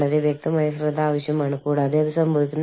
വളരെ വ്യത്യസ്തമായ പ്രതീക്ഷകളാണ് അവർ കൊണ്ടുവരുന്നത്